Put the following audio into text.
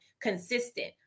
consistent